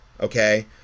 Okay